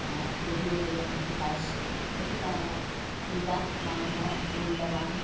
পঢ়িবলৈ আমি পাইছিলোঁ সেইটো কাৰণে বিবাহ মানুহৰ মূল্যৱান